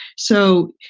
so,